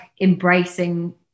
embracing